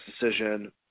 decision